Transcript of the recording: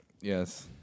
Yes